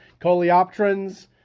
coleopterans